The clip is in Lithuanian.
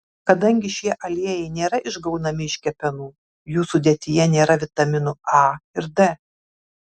kadangi šie aliejai nėra išgaunami iš kepenų jų sudėtyje nėra vitaminų a ir d